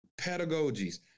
pedagogies